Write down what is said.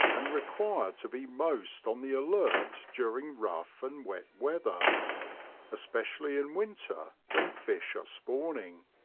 and require to be most on the alert during rough and wet weather especially in winter when fish are spawning.